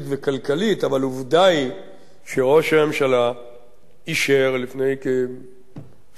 אבל עובדה היא שראש הממשלה אישר לפני כשנה וחצי,